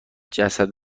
جسم